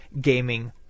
gaming